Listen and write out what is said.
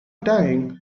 dying